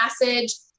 message